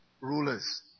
rulers